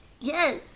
yes